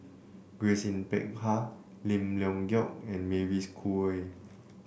Grace Yin Peck Ha Lim Leong Geok and Mavis Khoo Oei